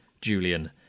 Julian